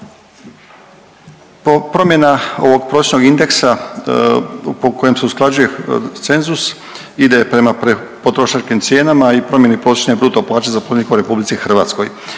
Promjena ovog prosječnog indeksa po kojem se usklađuje cenzus ide prema potrošačkim cijenama i promjeni posljednje bruto plaće zaposlenika u RH. Pravo